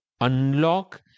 unlock